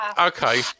Okay